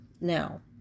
now